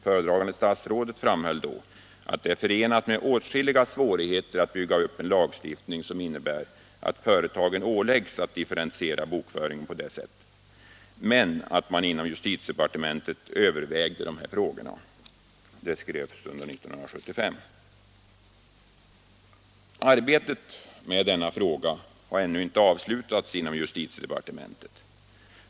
Föredragande statsrådet framhöll då att det är förenat med åtskilliga svårigheter att bygga upp en lagstiftning som innebär att företagen åläggs att differentiera bokföringen på detta sätt, men att man inom justitiedepartementet övervägde dessa frågor. Det skrevs år 1975. Arbetet med denna fråga har ännu inte avslutats inom justitiedepartementet.